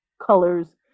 colors